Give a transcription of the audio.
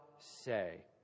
say